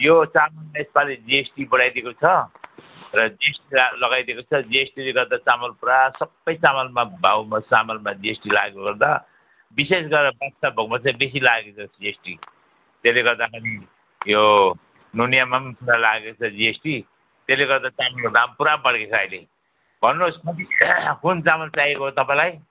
यो चामलमा यसपालि जिएसटी बढाइदिएको छ र जिएसटी लगाइदिएको छ जिएसटीले गर्दा चामल पुरा सबै चामलमा भाउमा चामलमा जिएसटी लागेकोले गर्दा विशेष गरेर बादसाह भोगमा चाहिँ बेसी लागेको छ जिएसटी त्यसले गर्दाखेरि यो नुनियामा पनि पुरा लागेको छ जिएसटी त्यसले गर्दा चामलको दाम पुरा बढेको छ अहिले भन्नुहोस् कति कुन चामल चाहिएको तपाईँलाई